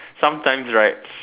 sometimes right